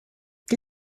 die